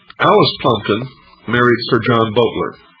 alice plumpton married sir john boteler.